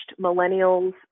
Millennials